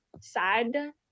sad